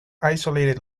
isolated